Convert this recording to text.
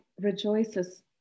rejoices